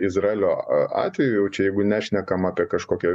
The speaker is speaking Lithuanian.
izraelio izraelio atveju jau čia jeigu nešnekam apie kažkokią